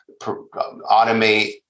automate